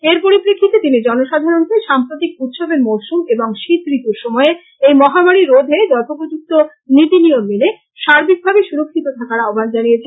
এর পরিপ্রেক্ষিতে তিনি জনসাধারণকে সাম্প্রতিক উৎসবের মরশুম এবং শীত ঋতুর সময়ে এই মহামারী রোধে যথোপযুক্ত নীতি নিয়ম মেনে সার্বিকভাবে সুরক্ষিত থাকার আহ্বান জানিয়েছেন